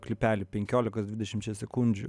klipelį penkiolikos dvidešimčia sekundžių